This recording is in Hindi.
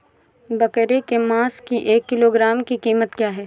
बकरे के मांस की एक किलोग्राम की कीमत क्या है?